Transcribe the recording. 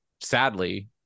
sadly